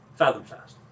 Fathomfast